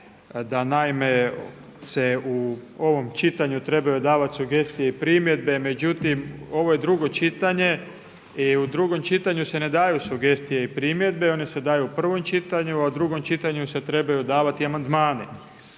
da naime se u ovom čitanju trebaju davati sugestije i primjedbe, međutim ovo je drugo čitanje i u drugom čitanju se ne daju sugestije i primjedbe, one se daju u prvom čitanju, a u drugom čitanju se trebaju davati amandmani.